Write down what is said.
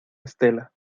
estela